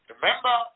Remember